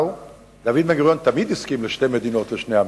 דוד בן-גוריון תמיד הסכים לשתי מדינות לשני עמים.